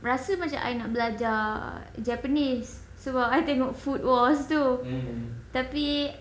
berasa macam I nak belajar japanese sebab I tengok food wars tu tapi